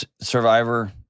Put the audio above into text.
survivor